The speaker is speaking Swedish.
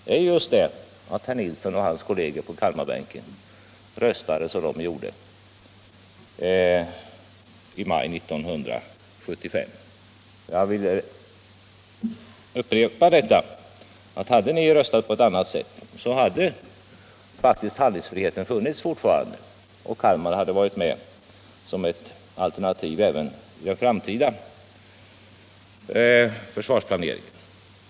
Och det beror på att herr Nilsson och hans kolleger på Kalmarbänken röstade som de gjorde i maj 1975. Jag vill upprepa detta: Hade ni röstat på ett annat sätt hade handlingsfrihet fortfarande funnits och Kalmar hade varit med som ett alternativ även för den framtida försvarsplaneringen.